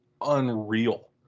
unreal